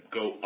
go